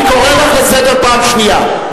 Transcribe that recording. אני קורא אותך לסדר פעם שנייה.